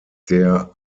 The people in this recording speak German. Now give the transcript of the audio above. der